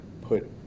put